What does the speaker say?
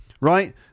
right